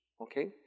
Okay